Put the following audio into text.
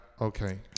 okay